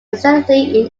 extensively